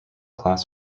class